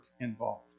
involved